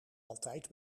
altijd